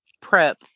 prep